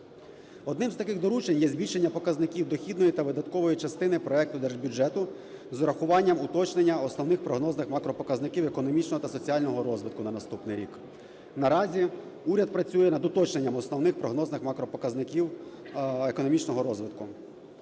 Одним з таких доручень є збільшення показників дохідної та видаткової частини проекту Держбюджету з урахуванням уточнення основних прогнозних макропоказників економічного та соціального розвитку на наступний рік. Наразі уряд працює над уточненням основних прогнозних макропоказників економічного розвитку.